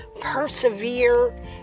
persevere